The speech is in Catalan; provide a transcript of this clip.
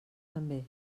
també